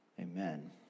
Amen